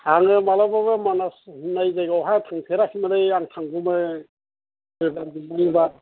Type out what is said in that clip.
आङो माब्लाबाबो मानास होननाय जायगायावहाय थांफेराखैमोनलै आं थांगौमोन ओइबार मोनबा